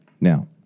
Now